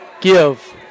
Give